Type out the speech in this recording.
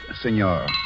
senor